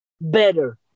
better